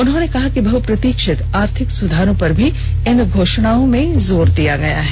उन्होंने कहा कि बहप्रतीक्षित आर्थिक सुधारों पर भी इन घोषणाओं में जोर दिया गया हैं